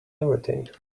everything